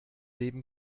leben